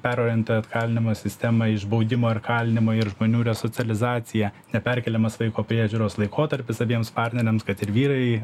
perorientuojant kalinimo sistemą iš baudimo ir kalinimo ir žmonių resocializacija neperkeliamas vaiko priežiūros laikotarpis abiems partneriams kad ir vyrai